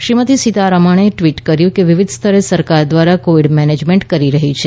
શ્રીમતી સીતારમણે ટ્વીટ કર્યું કે વિવિધ સ્તરે સરકાર દ્વારા કોવિડ મેનેજમેન્ટ કરી રહી છે